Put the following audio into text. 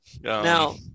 now